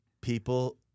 People